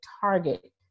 target